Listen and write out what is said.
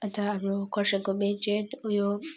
अन्त हाम्रो कर्सियङको मेन चाहिँ उयो